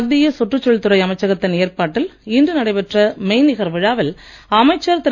மத்திய சுற்றுச்சூழல் துறை அமைச்சகத்தின் ஏற்பாட்டில் இன்று நடைபெற்ற மெய்நிகர் விழாவில் அமைச்சர் திரு